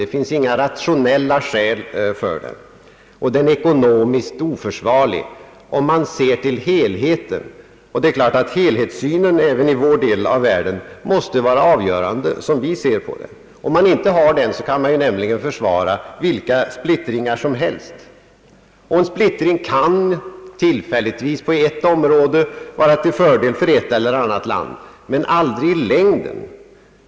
Det finns inga rationella skäl för den, och den är ekonomiskt oförsvarlig, om man ser till helheten. Helhetssynen måste ju vara avgörande även i vår del av världen, enligt vår mening. Om man inte har den, kan man ju försvara vilka splittringar som helst. En splittring kan tillfälligtvis på ett område vara till fördel för ett eller annat land men aldrig i längden.